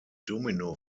domino